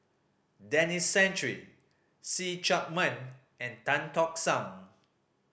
Denis Santry See Chak Mun and Tan Tock San